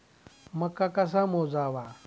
मका कसा मोजावा?